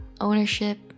ownership